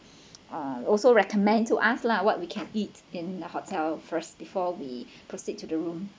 uh also recommend to us lah what we can eat in the hotel first before we proceed to the room